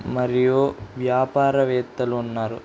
మరియు వ్యాపారవేత్తలు ఉన్నారు